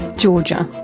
georgia.